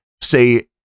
say